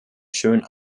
schön